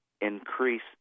increase